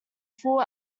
full